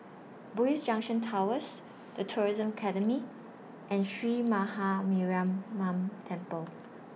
Bugis Junction Towers The Tourism Academy and Sree Maha Mariamman Temple